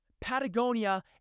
Patagonia